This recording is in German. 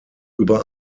über